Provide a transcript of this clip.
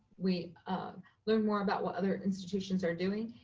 we um learn more about what other institutions are doing.